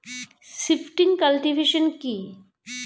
Shifting cultivation কি?